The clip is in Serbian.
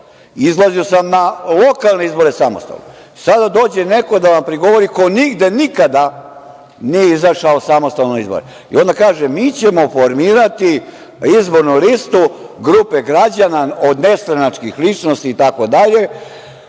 Izlazio sam na lokalne izbore samostalno. Sada, dođe neko da vam prigovori, ko nigde nikada nije izašao samostalno na izbore. Onda kaže – mi ćemo formirati izbornu listu grupe građana od nestranačkih ličnosti itd.